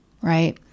right